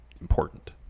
Important